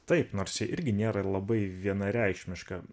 taip nors ji irgi nėra labai vienareikšmiška